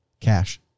cash